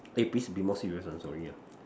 can you please be more serious ah sorry ah